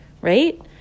Right